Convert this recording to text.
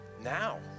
now